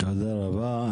תודה רבה.